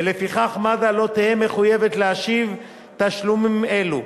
ולפיכך מד"א לא תהא מחויבת להשיב תשלומים אלו.